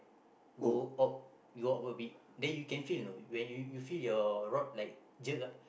go opt go up a bit then you can feel know when you you feel your rod like jerk ah